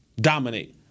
dominate